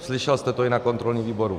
Slyšel jste to i na kontrolním výboru.